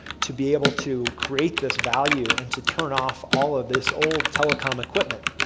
to be able to create this value into turn off all of this old telecom equipment,